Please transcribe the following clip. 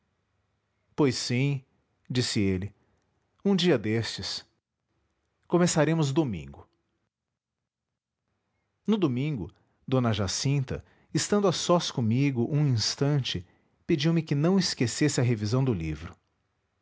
pois sim disse ele um dia destes começaremos domingo no domingo d jacinta estando a sós comigo um instante pediu-me que não esquecesse a revisão do livro